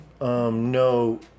No